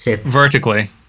vertically